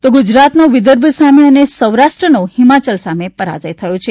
તો ગુજરાતનો વિદર્ભ સામે સૌરાષ્ટ્રનો હિમાયલ સામે પરાજય થયો છે